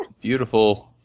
Beautiful